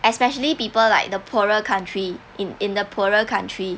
especially people like the poorer country in in the poorer country